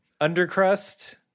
undercrust